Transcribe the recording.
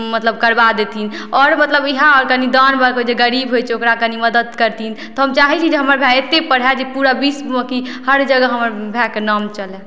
मतलब करबा देथिन आओर मतलब इहए कनि गाँव घरमे जे गरीब होइ छै ओकरा कनि मदद करथिन तऽ हम चाहै छी जे हमर भाय अत्ते पढ़ै जे पूरा विश्व कि हर जगह हमर भायके नाम चलै